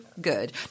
good